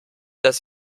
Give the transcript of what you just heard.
das